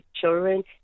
children